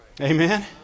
Amen